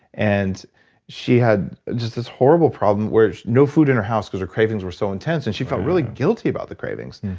and she had just this horrible problem where no food in her house cause her cravings were so intense and she felt really guilty about the cravings.